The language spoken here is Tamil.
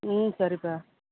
ம் சரிப்பா